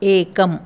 एकम्